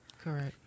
Correct